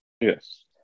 Yes